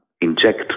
inject